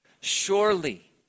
Surely